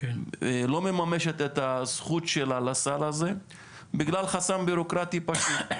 לא מממשת את הזכות שלה לסל הזה בגלל חסם ביורוקרטי פשוט.